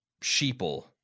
sheeple